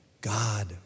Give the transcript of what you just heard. God